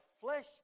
flesh